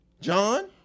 John